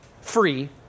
free